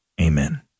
Amen